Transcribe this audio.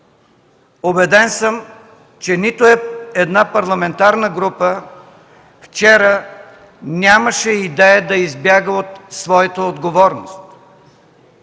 Убеден съм, че нито една парламентарна група вчера нямаше идея да избяга от своята отговорност.